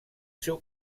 seu